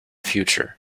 future